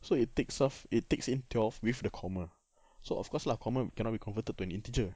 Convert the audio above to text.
so it takes up it takes in twelve with the comma so of course lah comma cannot be converted into an integer